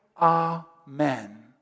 Amen